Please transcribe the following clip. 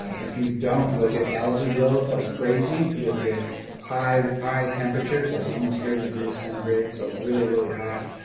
if you don't, you'll get algae growth like crazy. you'll get high, high temperatures, like almost thirty degrees centigrade, so really, really hot.